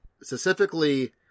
specifically